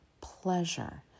pleasure